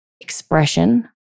expression